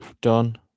done